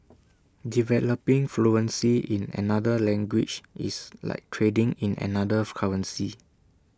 developing fluency in another language is like trading in another of currency